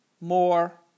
more